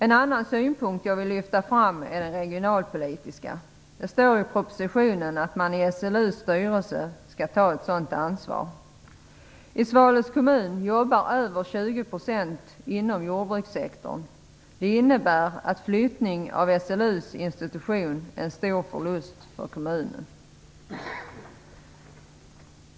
En annan synpunkt som jag vill lyfta fram är den regionalpolitiska. Det står i propositionen att man i SLU:s styrelse skall ta ett regionalpolitiskt ansvar. I Svalövs kommun jobbar över 20 % inom jordbrukssektorn. Det innebär att flyttning av SLU:s institution är en stor förlust för kommunen.